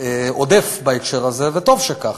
עודף בהקשר הזה, וטוב שככה.